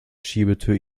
schiebetür